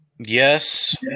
Yes